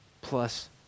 plus